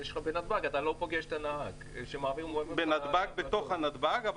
בנתב"ג אתה לא פוגש את הנהג שמעביר --- בנתב"ג בתוך נתב"ג,